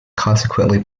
consequently